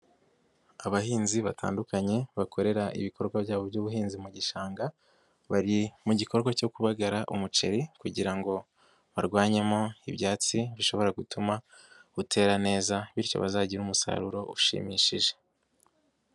Abahinzi batandukanye bakorera ibikorwa byabo by'ubuhinzi mu gishanga bari mu gikorwa cyo kubagara umuceri kugira ngo barwanyemo ibyatsi bishobora gutuma utera neza bityo bazagire umusaruro ushimishije.